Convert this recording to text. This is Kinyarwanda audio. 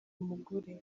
umugore